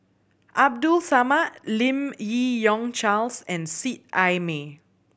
Abdul Samad Lim Yi Yong Charles and Seet Ai Mee